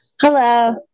Hello